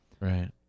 Right